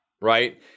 right